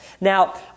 Now